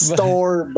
Store